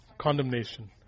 condemnation